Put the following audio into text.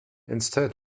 instead